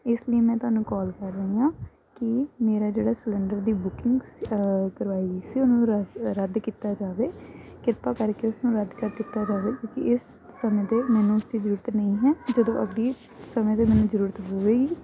ਇਸ ਲਈ ਮੈਂ ਤੁਹਾਨੂੰ ਕਾਲ ਕਰ ਰਹੀ ਹਾਂ ਕਿ ਮੇਰਾ ਜਿਹੜਾ ਸਿਲੰਡਰ ਦੀ ਬੁਕਿੰਗ ਕਰਵਾਈ ਸੀ ਉਹਨਾਂ ਦਾ ਰੱਦ ਕੀਤਾ ਜਾਵੇ ਕਿਰਪਾ ਕਰਕੇ ਉਸਨੂੰ ਰੱਦ ਕਰਕੇ ਦਿੱਤਾ ਜਾਵੇ ਕਿਉਂਕਿ ਇਸ ਸਮੇਂ 'ਤੇ ਮੈਨੂੰ ਉਸਦੀ ਜ਼ਰੂਰਤ ਨਹੀਂ ਹੈ ਜਦੋਂ ਅੱਗੇ ਸਮੇਂ ਦੇ ਮੈਨੂੰ ਜ਼ਰੂਰਤ ਪਵੇਗੀ